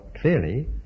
clearly